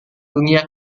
dunia